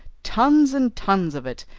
tons and tons of it,